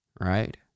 right